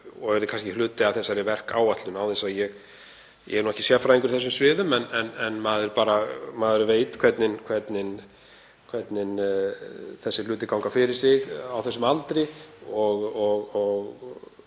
og yrði kannski hluti af þessari verkáætlun. Ég er ekki sérfræðingur á þessum sviðum en maður veit hvernig þessir hlutir ganga fyrir sig á þessum aldri.